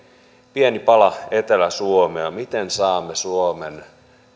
pieni pala etelä suomea miten saamme suomen